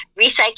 recycling